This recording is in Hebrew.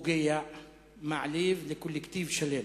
פוגע ומעליב לקולקטיב שלם.